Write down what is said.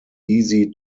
easy